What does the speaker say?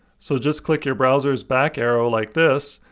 so just click your browser's back arrow like this,